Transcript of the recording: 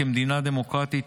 כמדינה דמוקרטית,